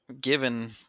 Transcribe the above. Given